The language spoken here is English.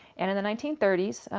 and in the nineteen thirty s,